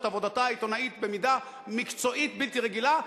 עבודתה העיתונאית במידה מקצועית בלתי רגילה,